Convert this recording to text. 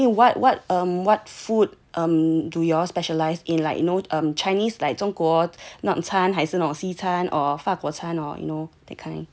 so I mean what what what food um do you all specialize in like you know Chinese like 中国餐还是 or 法国菜 or you know that kind